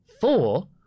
Four